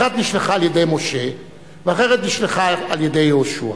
אחת נשלחה על-ידי משה ואחרת נשלחה על-ידי יהושע.